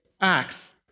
Acts